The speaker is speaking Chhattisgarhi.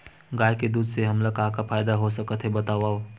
गाय के दूध से हमला का का फ़ायदा हो सकत हे बतावव?